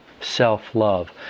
self-love